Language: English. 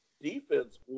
defense